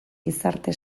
gizarte